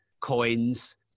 coins